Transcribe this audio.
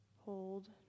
Hold